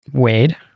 Wade